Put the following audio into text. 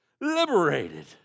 Liberated